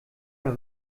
mehr